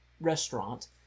restaurant